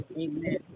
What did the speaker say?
Amen